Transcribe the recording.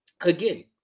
again